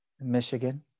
Michigan